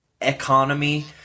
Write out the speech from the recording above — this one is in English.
economy